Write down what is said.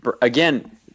again